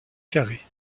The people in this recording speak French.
carrées